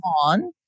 On